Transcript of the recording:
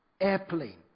airplane